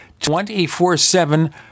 24-7